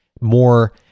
more